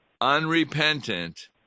unrepentant